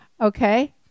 Okay